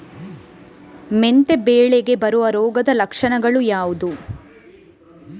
ಮೆಂತೆ ಬೆಳೆಗೆ ಬರುವ ರೋಗದ ಲಕ್ಷಣಗಳು ಯಾವುದು?